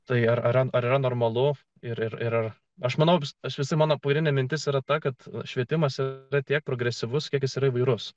tai ar yra normalu ir ir aš manau tas visa mano kūrinio mintis yra ta kad švietimas yra tiek progresyvus kiek jis yra įvairus